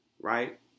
Right